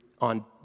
on